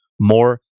more